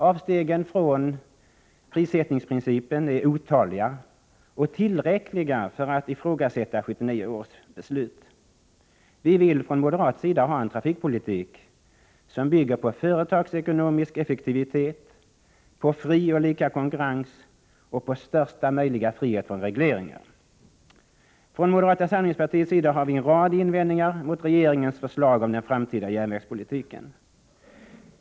Avstegen från prissättningsprincipen är otaliga och tillräckliga för att man skall ifrågasätta 1979 års beslut. Vi vill från moderat sida ha en trafikpolitik som bygger på företagsekonomisk effektivitet, på fri och lika konkurrens och på största möjliga frihet från regleringar. Från moderata samlingspartiets sida har vi en rad invändningar mot regeringens förslag om den framtida järnvägspolitiken.